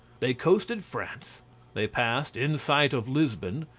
they coasted france they passed in sight of lisbon,